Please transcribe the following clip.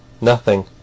Nothing